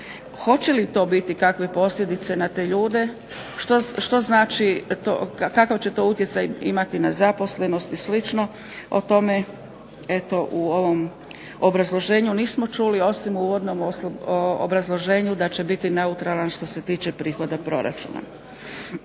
Hoće li to biti i kakve posljedice na te ljude, što znači kakav će to utjecaj imati na zaposlenost i slično o tome eto u ovom obrazloženju nismo čuli, osim u uvodnom obrazloženju da će biti neutralan što se tiče prihoda proračuna.